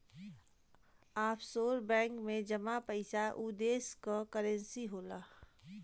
offshore bank में जमा पइसा उ देश क करेंसी होला